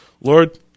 Lord